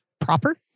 proper